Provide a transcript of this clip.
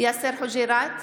יאסר חוג'יראת,